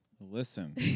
Listen